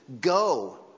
Go